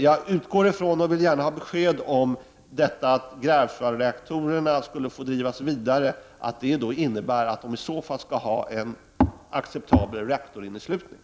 Jag utgår från och jag vill gärna ha besked om att om Greifswaldreaktorerna skall få drivas vidare innebär det att de i så fall skall ha en acceptabel reaktorinneslutning.